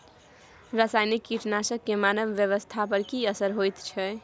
रसायनिक कीटनासक के मानव स्वास्थ्य पर की असर होयत छै?